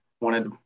wanted